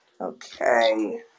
Okay